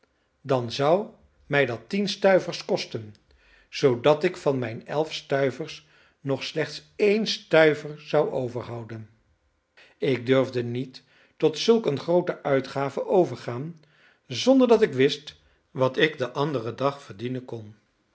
dan zou mij dat tien stuivers kosten zoodat ik van mijn elf stuivers nog slechts een stuiver zou overhouden ik durfde niet tot zulk een groote uitgave overgaan zonder dat ik wist wat ik den anderen dag verdienen kon